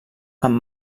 amb